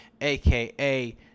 aka